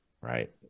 right